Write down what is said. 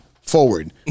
forward